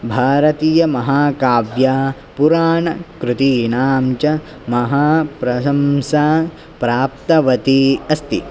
भारतीयमहाकाव्य पुराणकृतीनां च महाप्रशंसा प्राप्तवती अस्ति